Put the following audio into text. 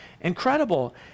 incredible